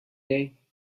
day